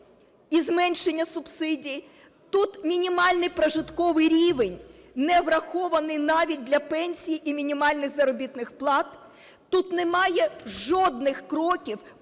і зменшення субсидій, тут мінімальний прожитковий рівень, не врахований навіть для пенсій і мінімальних заробітних плат, тут немає жодних кроків